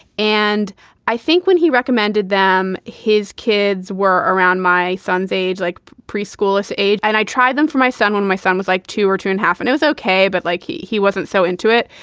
and i think when he recommended them, his kids were around my son's age, like preschoolers age. and i try them for my son. when my son was like two or two and half, and i was okay. but like, he he wasn't so into it.